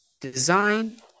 design